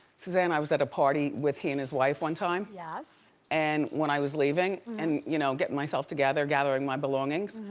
suzanne, i was at a party with he and his wife one time. yes. and when i was leaving, and you know getting myself together, gathering my belongings,